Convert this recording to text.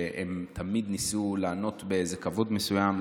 והם תמיד ניסו לענות באיזה כבוד מסוים,